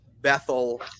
Bethel